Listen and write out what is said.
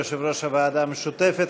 יושב-ראש הוועדה המשותפת.